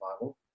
Bible